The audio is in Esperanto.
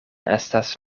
estas